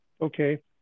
Okay